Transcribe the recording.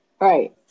Right